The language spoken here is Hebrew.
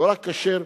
הוא לא רק כשר,